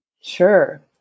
Sure